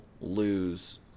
lose